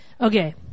Okay